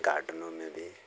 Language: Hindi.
गार्डनों में भी